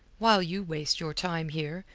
while you waste your time here,